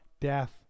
death